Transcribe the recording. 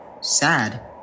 sad